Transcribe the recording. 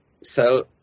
sell